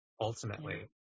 Ultimately